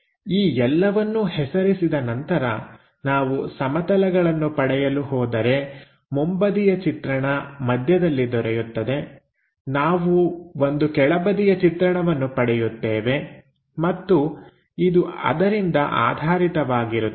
ಈ ಎಲ್ಲವನ್ನೂ ಹೆಸರಿಸಿದ ನಂತರ ನಾವು ಸಮತಲಗಳನ್ನು ಪಡೆಯಲು ಹೋದರೆ ಮುಂಬದಿಯ ಚಿತ್ರಣ ಮಧ್ಯದಲ್ಲಿ ದೊರೆಯುತ್ತದೆ ನಾವು ಒಂದು ಕೆಳಬದಿಯ ಚಿತ್ರಣವನ್ನು ಪಡೆಯುತ್ತೇವೆ ಮತ್ತು ಇದು ಅದರಿಂದ ಆಧಾರಿತವಾಗಿರುತ್ತದೆ